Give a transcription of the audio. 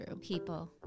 people